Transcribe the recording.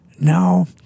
Now